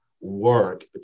work